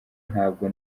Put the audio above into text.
ntabwo